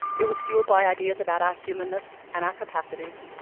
it was fueled by ideas about our humanness and our capacities,